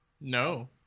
No